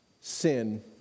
sin